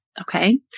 Okay